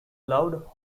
loved